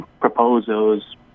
proposals